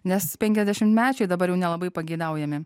nes penkiasdešimtmečiai dabar jau nelabai pageidaujami